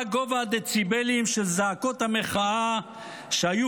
מה גובה הדציבלים של זעקות המחאה שהיו